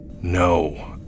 No